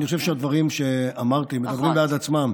אני חושב שהדברים שאמרתי מדברים בעד עצמם.